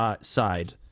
side